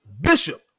Bishop